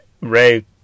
Ray